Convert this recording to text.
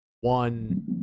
one